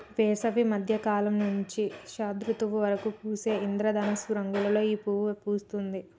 వేసవి మద్య కాలం నుంచి శరదృతువు వరకు పూసే ఇంద్రధనస్సు రంగులలో ఈ పువ్వు పూస్తుంది